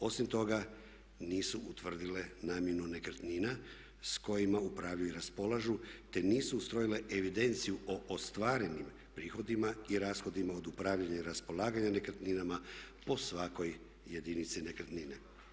Osim toga nisu utvrdile namjenu nekretnina s kojima upravljaju i raspolažu te nisu ustrojile evidenciju o ostvarenim prihodima i rashodima od upravljanja i raspolaganja nekretninama po svakoj jedinici nekretnine.